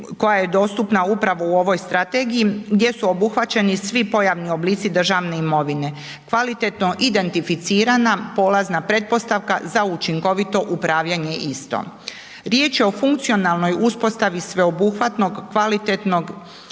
Riječ je o funkcionalnoj uspostavi sveobuhvatnog kvalitetnog